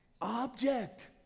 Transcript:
object